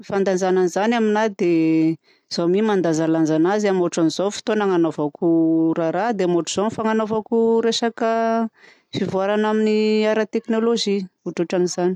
Ny fandanjana an'izany aminahy dia zaho mi no mandanjalanja anazy amin'ny otran'izao no fotoana hanaovako raraha dia amin'ny ohatran'izao fananaovako resaka fivoarana amin'ny teknolojia.